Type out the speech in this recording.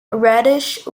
reddish